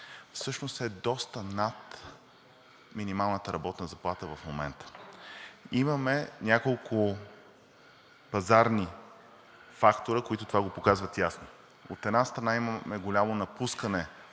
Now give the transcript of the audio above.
всъщност е доста над минималната работна заплата в момента. Имаме няколко пазарни фактора, които го показват ясно. От една страна, имаме голямо напускане